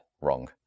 wrong